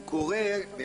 הוא קורא לגבש